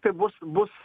tai bus bus